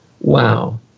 wow